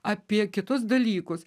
apie kitus dalykus